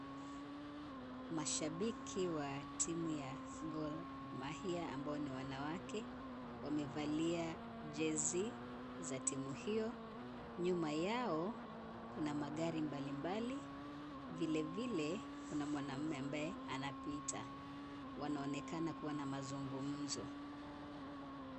Mashabiki wa timu ya Gor Mahia ambao ni wanawake, wamevalia jezi za timu hiyo. Nyuma yao kuna magari mbali mbali, vile vile kuna mwanaume ambaye anapita. Wanaonekana kuwa na mazungumzo.